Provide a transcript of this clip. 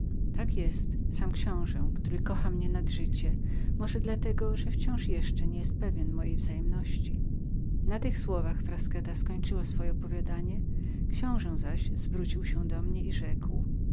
tak jest sam książe który mnie kocha nad życie może dla tego że dotąd nie jest jeszcze pewnym mojej wzajemności na tych słowach frasqueta skończyła swoje opowiadanie książe zaś zbliżył się do mnie i rzekł